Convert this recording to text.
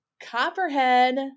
Copperhead